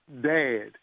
dad